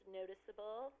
noticeable